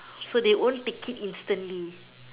so they won't take it instantly